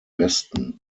westen